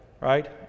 right